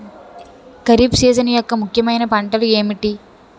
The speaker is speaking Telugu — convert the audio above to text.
ఖరిఫ్ సీజన్ యెక్క ముఖ్యమైన పంటలు ఏమిటీ?